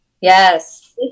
yes